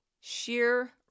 Sheer